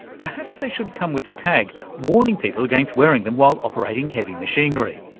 perhaps they should come with a tag, warning people against wearing them while operating heavy machinery.